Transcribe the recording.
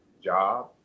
job